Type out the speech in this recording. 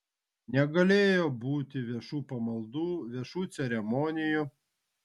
negalėjo būti viešų pamaldų viešų ceremonijų